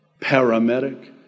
paramedic